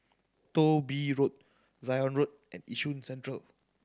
Thong Bee Road Zion Road and Yishun Central